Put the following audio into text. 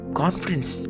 conference